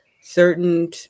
certain